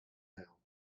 now